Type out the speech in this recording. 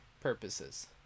purposes